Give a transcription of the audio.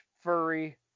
furry